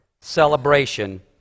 celebration